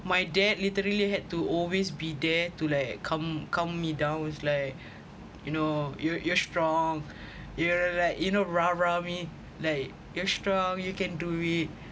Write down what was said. my dad literally had to always be there to like calm calm me down it's like you know you you are strong you're like you know me like you're strong you can do it